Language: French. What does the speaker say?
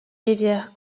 rivières